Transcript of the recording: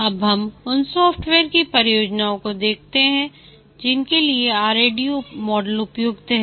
अब हम उन सॉफ्टवेयर परियोजनाओं को देखते हैं जिनके लिए RAD मॉडल उपयुक्त है